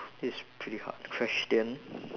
it's pretty hard question